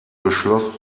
beschloss